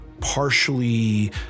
partially